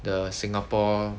the singapore